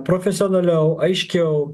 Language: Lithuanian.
profesionaliau aiškiau